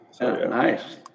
Nice